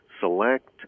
select